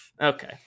Okay